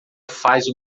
faz